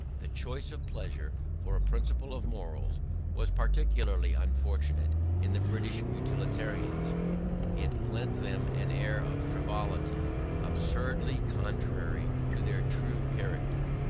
the choice of pleasure for a principle of morals was particularly unfortunate in the british utilitarians it lent them an air of frivolity absurdly contrary to their true character.